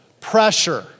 Pressure